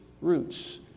roots